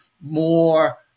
more